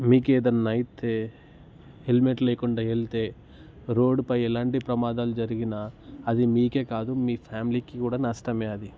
మీకు ఏదైనా అయితే హెల్మెట్ లేకుండా వెళితే రోడ్డుపై ఎలాంటి ప్రమాదాలు జరిగినా అది మీకే కాదు మీ ఫ్యామిలీకి కూడా నష్టమే అది